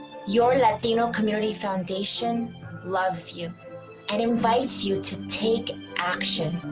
your latino community foundation loves you and invites you to take action